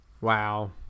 Wow